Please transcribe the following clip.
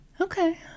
Okay